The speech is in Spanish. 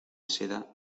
seda